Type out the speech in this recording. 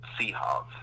Seahawks